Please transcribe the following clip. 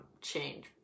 change